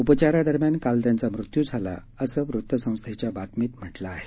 उपचारादरम्यान काल त्यांचा मृत्यू झालाअसं वृत संस्थेच्या बातमीत म्हटलं आहे